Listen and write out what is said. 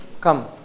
Come